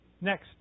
Next